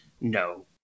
No